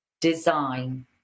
design